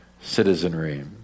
citizenry